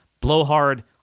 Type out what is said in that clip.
blowhard